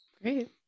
Great